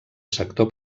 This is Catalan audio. sector